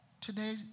today